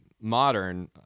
modern